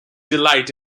delight